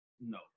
No